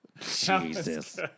Jesus